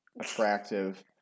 attractive